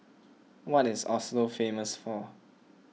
what is Oslo famous for